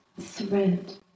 thread